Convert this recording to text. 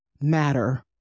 matter